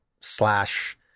slash